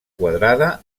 quadrada